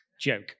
joke